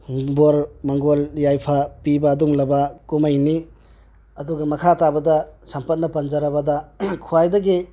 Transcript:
ꯕꯣꯔ ꯃꯪꯒꯣꯜ ꯌꯥꯏꯐ ꯄꯤꯕ ꯑꯗꯨꯒꯨꯝꯂꯕ ꯀꯨꯝꯍꯩꯅꯤ ꯑꯗꯨꯒ ꯃꯈꯥ ꯇꯥꯕꯗ ꯁꯝꯄꯠꯅ ꯄꯟꯖꯔꯕꯗ ꯈ꯭ꯋꯥꯏꯗꯒꯤ